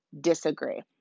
disagree